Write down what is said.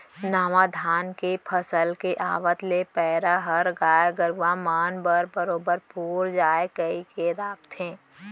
नावा धान के फसल के आवत ले पैरा ह गाय गरूवा मन बर बरोबर पुर जाय कइके राखथें